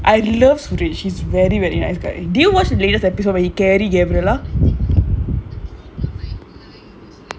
I love great she's very very nice eh did you watch the latest episode when you carry gabriella